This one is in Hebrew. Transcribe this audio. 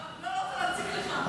לא רוצה להציק לך.